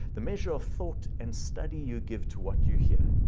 the measure of thought and study you give to what you hear,